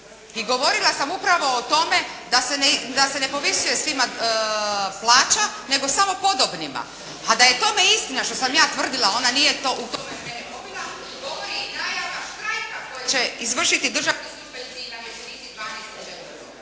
I govorila sam upravo o tome da se ne povisuje svima plaća nego samo podobnima. A da je tome istina što sam ja tvrdila ona nije …/Govornica je isključena, ne čuje se./… koji će izvršiti državni službenici i namještenici